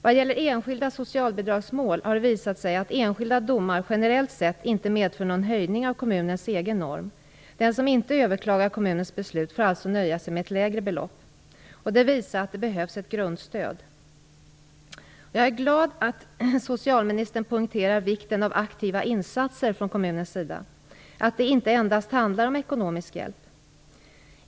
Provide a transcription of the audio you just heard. Vad gäller enskilda socialbidragsmål har det visat sig att enskilda domar generellt sett inte medför någon höjning av kommunens egen norm. Den som inte överklagar kommunens beslut får alltså nöja sig med ett lägre belopp. Detta visar att det behövs ett grundstöd. Jag är glad att socialministern poängterar vikten av aktiva insatser från kommunens sida, att det inte endast handlar om ekonomisk hjälp.